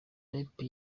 rape